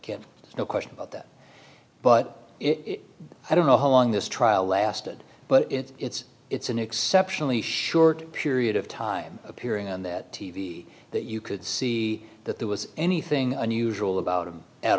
kid no question about that but i don't know how long this trial lasted but it's it's an exceptionally short period of time appearing on that t v that you could see that there was anything unusual about him at